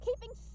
keeping